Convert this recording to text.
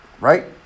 right